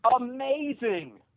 amazing